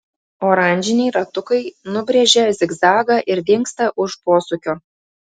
oranžiniai ratukai nubrėžia zigzagą ir dingsta už posūkio